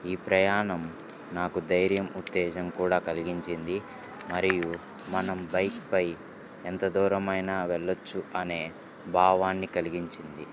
ఈ ప్రయాణం నాకు ధైర్యం ఉత్తేజం కూడా కలిగించింది మరియు మనం బైక్ పై ఎంత దూరమైన వెళ్ళవచ్చు అనే భావాన్ని కలిగించింది